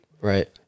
Right